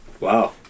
Wow